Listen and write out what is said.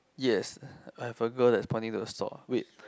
yes I have a girl that's pointing to the store wait